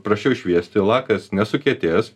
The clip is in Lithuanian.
prasčiau šviesti lakas nesukietės